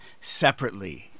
separately